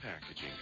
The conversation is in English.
packaging